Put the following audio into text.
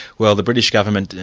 well the british government,